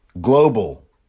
global